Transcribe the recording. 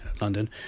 London